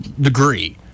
degree